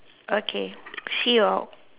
okay see you out